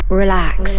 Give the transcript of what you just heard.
relax